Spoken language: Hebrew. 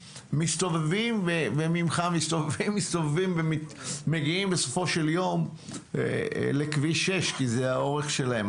מסתובבים ומסתובבים ובסופו של יום מגיעים לכביש 6 כי זה העורק שלהם.